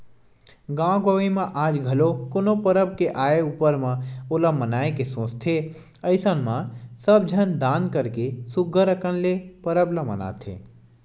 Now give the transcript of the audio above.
गाँव गंवई म आज घलो कोनो परब के आय ऊपर म ओला मनाए के सोचथे अइसन म सब झन दान करके सुग्घर अंकन ले परब ल मनाथे